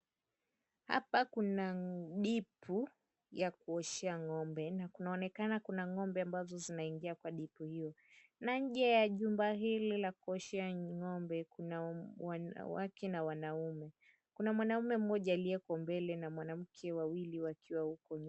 Hapa kuna dipu ya kuoshea ng'ombe . Na kunaonekana kuna ng'ombe ambazo zinaingia kwa dipu hiyo. Na nje ya jumba hili la kuoshea ng'ombe kuna wanawake na wanaume. Kuna mwanaume mmoja aliyeko mbele na mwanamke wawili wakiwa huko nyuma.